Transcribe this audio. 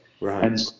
Right